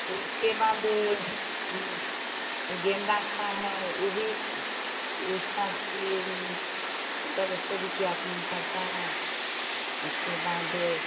उसके बाद गेंदे का है वह भी उसका भी सत्तर अस्सी रुपये पड़ता है उसके बाद